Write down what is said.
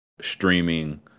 streaming